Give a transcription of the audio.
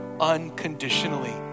unconditionally